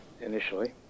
initially